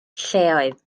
lleoedd